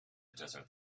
desert